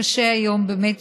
קשה היום, באמת.